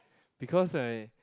because right